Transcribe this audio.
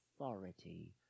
authority